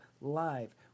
live